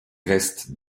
restes